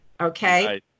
Okay